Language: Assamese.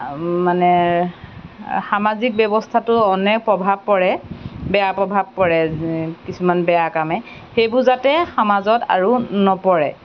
মানে সামাজিক ব্যৱস্থাটো অনেক প্ৰভাৱ পৰে বেয়া প্ৰভাৱ পৰে কিছুমান বেয়া কামে সেইবোৰ যাতে সমাজত আৰু নপৰে